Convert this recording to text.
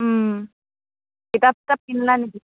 কিতাপ চিতাপ কিনিলা নেকি